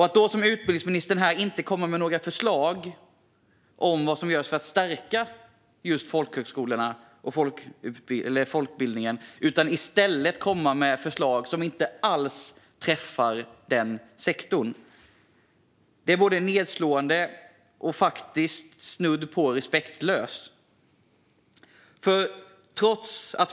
Att då som utbildningsministern här inte komma med några förslag om vad som ska göras för att stärka just folkhögskolorna och folkbildningen utan i stället komma med förslag som inte alls träffar den sektorn är nedslående och snudd på respektlöst.